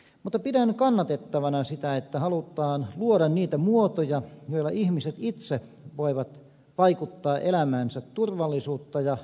mutta pidän kannatettavana sitä että halutaan luoda niitä muotoja joilla ihmiset itse voivat saada elämäänsä turvallisuutta ja vakautta